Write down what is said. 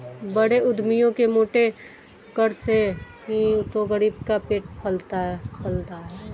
बड़े उद्यमियों के मोटे कर से ही तो गरीब का पेट पलता है